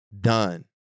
done